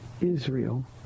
Israel